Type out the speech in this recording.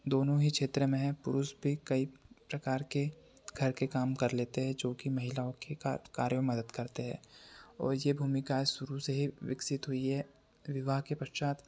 दोनों ही क्षेत्र में हैं पुरुष भी कई प्रकार के घर के काम कर लेते हैं जो कि महिलाओं के कार कार्यों में मदद करते हे और यह भूमिका शुरू से ही विकसित हुई है विवाह के पश्चात